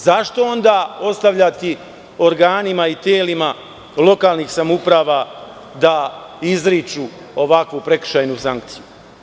Zašto onda ostavljati organima i telima lokalnih samouprava da izriču ovakvu prekršajnu sankciju?